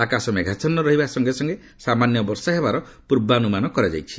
ଆକାଶ ମେଘାଚ୍ଛନ୍ନ ରହିବା ସଙ୍ଗେ ସଙ୍ଗେ ସାମାନ୍ୟ ବର୍ଷା ହେବାର ପୂର୍ବାନୁମାନ କରାଯାଇଛି